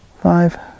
five